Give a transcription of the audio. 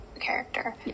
character